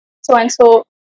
so-and-so